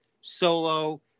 solo